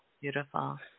beautiful